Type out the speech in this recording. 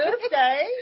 birthday